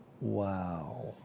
Wow